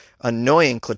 annoying